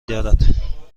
دارد